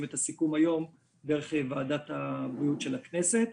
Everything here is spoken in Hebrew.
את הסיכום היום דרך ועדת הבריאות של הכנסת,